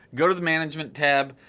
go to the management tab,